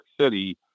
City